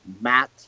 Matt